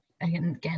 again